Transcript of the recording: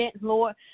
Lord